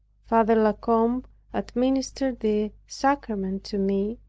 father la combe administered the sacrament to me,